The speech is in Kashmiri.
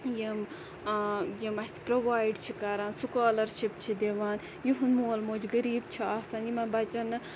یِم یِم اَسہِ پرووایِڈ چھِ کَران سکولَرشِپ چھِ دِوان یُہُنٛد مول موج غریٖب چھُ آسان یِمَن بَچَن نہٕ